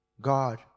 God